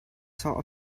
saw